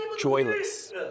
joyless